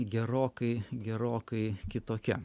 gerokai gerokai kitokia